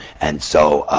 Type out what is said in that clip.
and so,